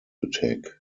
attack